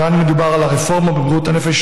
כאן מדובר על הרפורמה בבריאות הנפש,